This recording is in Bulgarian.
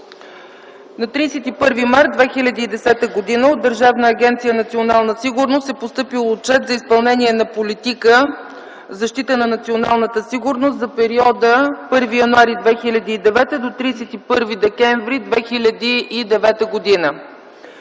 На 31 март 2010 г. от Държавна агенция „Национална сигурност” е постъпил Отчет за изпълнение на политика в защита на националната сигурност за периода 1 януари 2009 г. – 31 декември 2009 г.